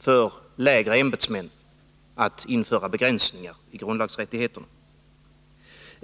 för lägre tjänstemän att införa begränsningar i grundlagsrättigheterna.